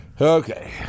okay